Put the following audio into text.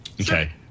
Okay